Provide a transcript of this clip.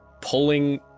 pulling